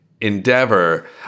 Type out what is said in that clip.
endeavor